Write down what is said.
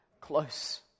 close